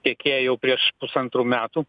tiekėją jau prieš pusantrų metų